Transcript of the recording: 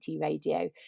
Radio